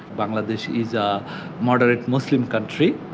bangladesh is a moderate muslim country.